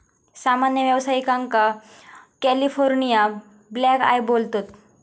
सामान्य व्यावसायिकांका California blackeye बोलतत